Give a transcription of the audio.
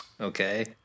okay